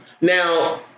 Now